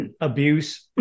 abuse